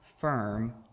firm